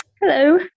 Hello